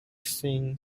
seen